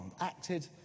Acted